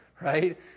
right